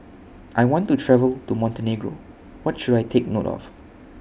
I want to travel to Montenegro What should I Take note of